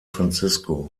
francisco